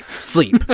sleep